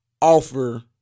offer